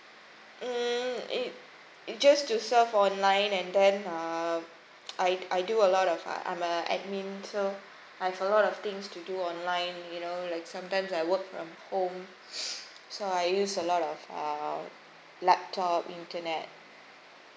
um is is just to surf online and then uh I I do a lot of uh I'm a admin so I've a lot of things to do online you know like sometimes I work from home so I use a lot of uh laptop internet